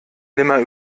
nimmer